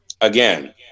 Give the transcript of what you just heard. Again